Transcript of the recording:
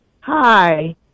Hi